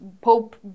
Pope